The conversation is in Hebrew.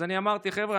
אז אני אמרתי: חבר'ה,